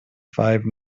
five